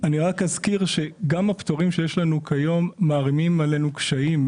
אני רק אזכיר שגם הפטורים שיש לנו כיום מערימים עלינו קשיים,